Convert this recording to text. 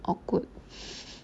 awkward